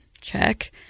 check